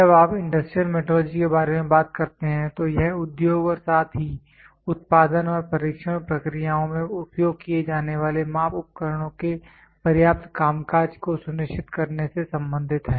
जब आप industrial metrology के बारे में बात करते हैं तो यह उद्योग और साथ ही उत्पादन और परीक्षण प्रक्रियाओं में उपयोग किए जाने वाले माप उपकरणों के पर्याप्त कामकाज को सुनिश्चित करने से संबंधित है